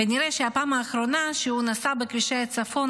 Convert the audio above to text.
כנראה שהפעם האחרונה שהוא נסע בכבישי הצפון